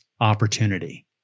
opportunity